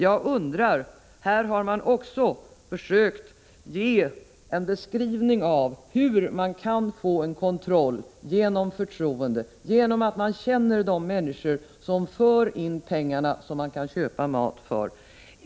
Man har försökt ge en beskrivning av hur man kan få en kontroll genom förtroende därför att man känner de människor som för in pengarna som det skall köpas mat för.